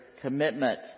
commitment